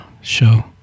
show